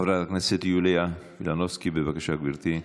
חברת הכנסת יוליה מלינובסקי, בבקשה, גברתי.